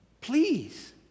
Please